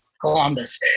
Columbus